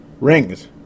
rings